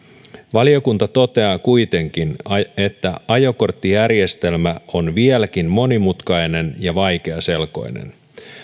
valiokunta toteaa kuitenkin että ajokorttijärjestelmä on vieläkin monimutkainen ja vaikeaselkoinen